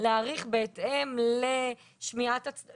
להאריך בהתאם לשמיעת הצדדים,